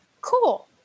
cool